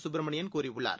கப்பிரமணியன் கூறியுள்ளார்